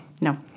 No